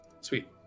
sweet